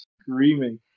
screaming